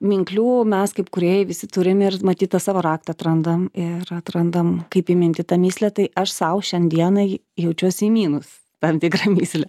minklių mes kaip kūrėjai visi turime ir matyt tą savo raktą atrandam ir atrandam kaip įminti tą mįslę tai aš sau šiandienai jaučiuosi įminus tam tikrą mįslę